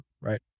right